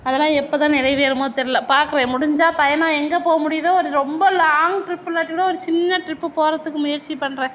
அதெல்லாம் எப்போ தான் நிறைவேறுமோ தெரில பார்க்குறேன் முடிஞ்சால் பயணம் எங்கே முடியுதோ ரொம்ப லாங் ட்ரிப் இல்லாட்டி கூட ஒரு சின்ன ட்ரிப் போவதுக்கு முயற்சி பண்ணுறேன்